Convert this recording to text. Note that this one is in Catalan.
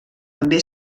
també